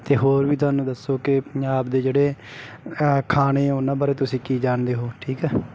ਅਤੇ ਹੋਰ ਵੀ ਤੁਹਾਨੂੰ ਦੱਸੋ ਕਿ ਪੰਜਾਬ ਦੇ ਜਿਹੜੇ ਖਾਣੇ ਉਹਨਾਂ ਬਾਰੇ ਤੁਸੀਂ ਕੀ ਜਾਣਦੇ ਹੋ ਠੀਕ ਹੈ